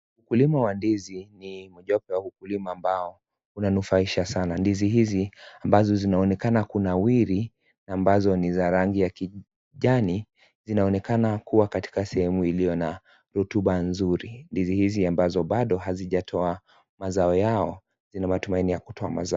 Ukulima wa ndizi ni mojawapo ya ukulima ambao hunufaisha sana ndizi hizi ambazo zinaonekana kunawiri na ambazo ni za rangi ya kijani zinaonekana kuwa katika sehemu iliyo na rotuba nzuri ndizi hizi ambazo bado hazijatoa mazao yao zina matumaini ya kutoa mazao.